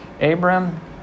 Abram